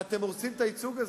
ואתם הורסים את הייצוג הזה,